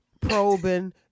probing